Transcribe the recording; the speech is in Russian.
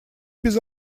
без